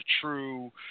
true